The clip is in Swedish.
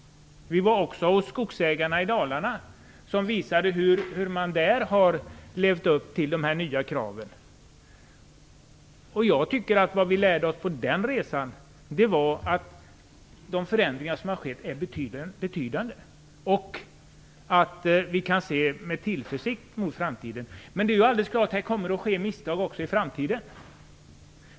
Vi var också hos skogsägare i Dalarna, som visade hur man där har levt upp till dessa nya krav. Vad vi lärde oss på den resan var att de förändringar som har skett är betydande och att vi kan se framtiden an med tillförsikt. Men det är alldeles klart att det kommer att ske misstag också i framtiden.